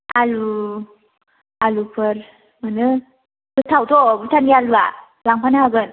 आलु आलुफोर मोनो गोथावथ' भुटान नि आलुआ लांफानो हागोन